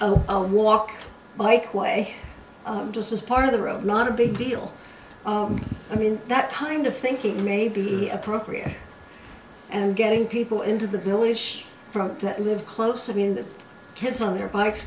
h walk bike way just as part of the road not a big deal i mean that kind of thinking may be appropriate and getting people into the village from that live close in the kids on their bikes